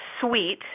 sweet